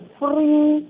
free